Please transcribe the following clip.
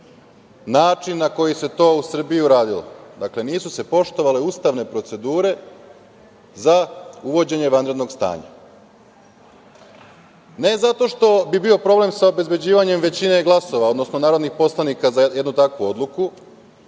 način na koji se to u Srbiji uradilo. Dakle, nisu se poštovale ustavne procedure za uvođenje vanrednog stanja, ne zato što bi bio problem sa obezbeđivanje većine glasova, odnosno narodnih poslanika za jednu takvu odluku,